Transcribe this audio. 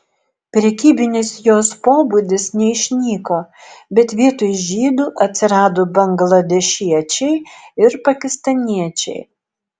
prekybinis jos pobūdis neišnyko bet vietoj žydų atsirado bangladešiečiai ir pakistaniečiai